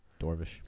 Dorvish